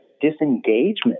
disengagement